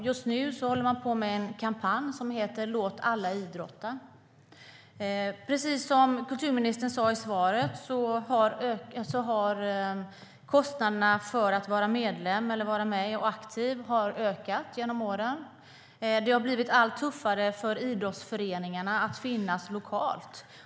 Just nu håller de på med en kampanj som heter Låt alla idrotta. Precis som idrottsministern sade i svaret har kostnaderna för att vara medlem och att vara aktiv ökat genom åren. Det har blivit allt tuffare för idrottsföreningarna att finnas lokalt.